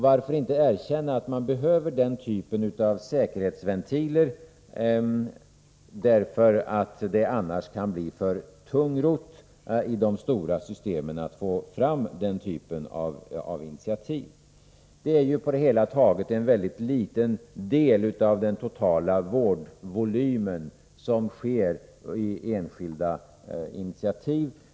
Varför inte erkänna att man behöver den typen av säkerhetsventiler därför att det annars kan bli för tungrott att få fram nya initiativ i de stora systemen? Det är ju på det hela taget en mycket liten del av den totala vårdvolymen som är grundad på enskilda initiativ.